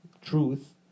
truth